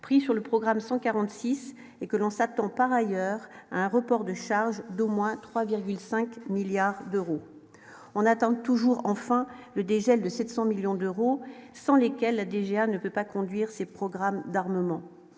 pris sur le programme 146 et que l'on s'attend par ailleurs un report de charges d'au moins 3,5 milliards d'euros, on attend toujours, enfin le dégel de 700 millions d'euros, sans lesquels la DGA ne peut pas conduire ses programmes d'armement